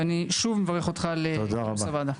שוב, אני מברך אותך על כינוס הוועדה.